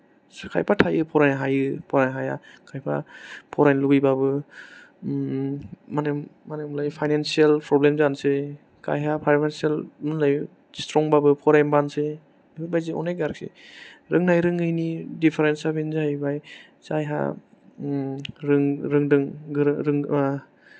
खायफा थायो फरायनो हायो फरायनो हाया खायफा फरायनो लुबैबाबो माने मा होनोमोनलाय फाइनानचियेल प्रबलेम जानसै खायहा मा होनोमोनलाय स्ट्रंबाबो फरायनो बानसै बेफोरबादि अनेख आरखि रोंनाय रोङैनि डिफारेन्टसया बेनो जाहैबाय जायहा रों रोंदों गोरों रों